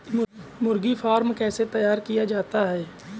मुर्गी फार्म कैसे तैयार किया जाता है?